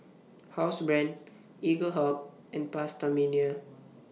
Housebrand Eaglehawk and PastaMania